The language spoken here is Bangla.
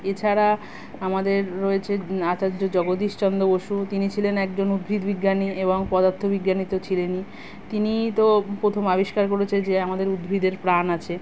এছাড়া আমাদের রয়েছে আচার্য জগদীশচন্দ্র বসু তিনি ছিলেন একজন উদ্ভিদ বিজ্ঞানী এবং পদার্থ বিজ্ঞানী তো ছিলেনই তিনি তো প্রথম আবিষ্কার করেছে যে আমাদের উদ্ভিদের প্রাণ আছে